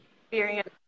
experience